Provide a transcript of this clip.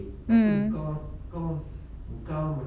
mm